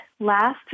Last